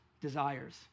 desires